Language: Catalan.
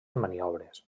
maniobres